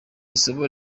isomo